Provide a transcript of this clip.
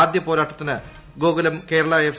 ആദ്യ പോരാട്ടത്തിന് ഗോകുലം കേരള എഫ്